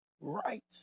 Right